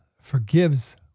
forgives